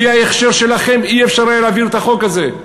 בלי ההכשר שלכם לא היה אפשר להעביר את החוק הזה.